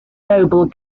noble